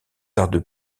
tarde